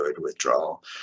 withdrawal